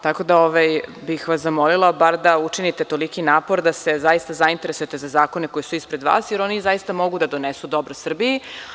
Tako da bih vas zamolila da bar učinite toliki napor da se zaista zainteresujete za zakone koji su ispred vas, jer oni zaista mogu da donesu dobro Srbiji.